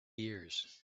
years